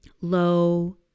low